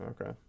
Okay